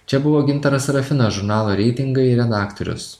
čia buvo gintaras sarafinas žurnalo reitingai redaktorius